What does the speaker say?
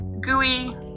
gooey